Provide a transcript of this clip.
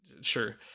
sure